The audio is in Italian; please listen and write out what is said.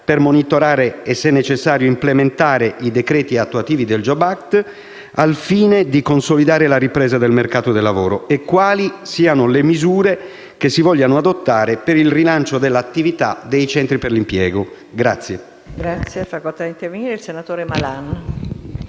per monitorare e, se necessario, implementare i decreti attuativi del *jobs act* al fine di consolidare la ripresa del mercato del lavoro e quali siano le misure che si vogliono adottare per il rilancio dell'attività dei centri per l'impiego.